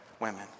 Women